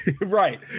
Right